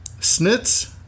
Snitz